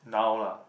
now lah